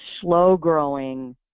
slow-growing